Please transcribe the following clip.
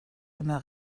immer